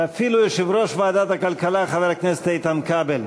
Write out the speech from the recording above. ואפילו יושב-ראש ועדת הכלכלה חבר הכנסת איתן כבל.